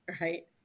right